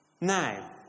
Now